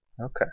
Okay